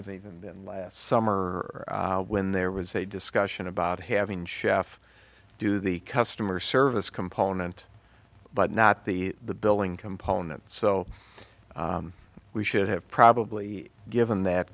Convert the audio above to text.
have even been last summer when there was a discussion about having chef do the customer service component but not the the billing component so we should have probably given that